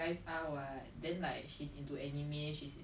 你爸爸赚的钱 put food on the table for you